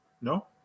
No